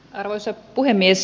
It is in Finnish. arvoisa puhemies